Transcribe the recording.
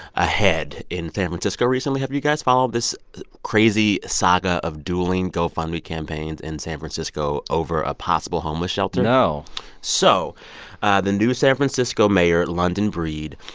a head in san francisco recently. have you guys followed this crazy saga of dueling gofundme campaigns in san francisco over a possible homeless shelter? no so the new san francisco mayor, london breed,